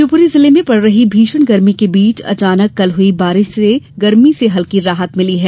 शिवपुरी जिले में पड़ रही भीषण गर्मी के बीच अचानक हई बारिश से गर्मी से हल्की राहत मिली है